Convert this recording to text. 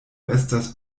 estas